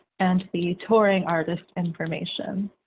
and the touring artist information.